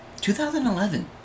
2011